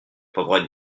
pauvre